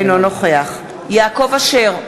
אינו נוכח יעקב אשר,